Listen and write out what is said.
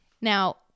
Now